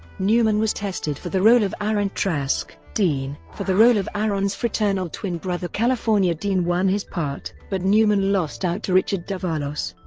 newman was tested for the role of aron trask, dean for the role of aron's fraternal twin brother cal. and dean won his part, but newman lost out to richard davalos.